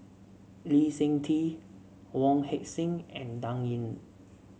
Lee Seng Tee Wong Heck Sing and Dan Ying